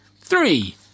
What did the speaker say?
three